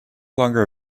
longer